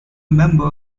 member